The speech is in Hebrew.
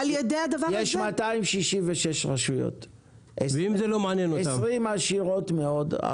יש 266 רשויות: 20 עשירות מאוד,